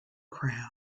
crown